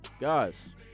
guys